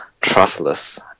trustless